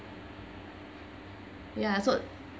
ya so